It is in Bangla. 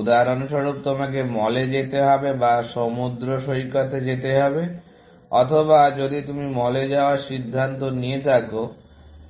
উদাহরণস্বরূপ তোমাকে মলে যেতে হবে বা সমুদ্র সৈকতে যেতে হবে অথবা যদি তুমি মলে যাওয়ার সিদ্ধান্ত নিয়ে থাকো